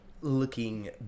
looking